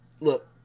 Look